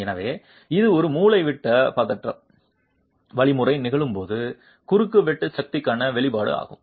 எனவே இது ஒரு மூலைவிட்ட பதற்றம் வழிமுறை நிகழும்போது இறுதி வெட்டு சக்திக்கான வெளிப்பாடு ஆகும்